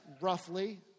roughly